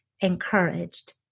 encouraged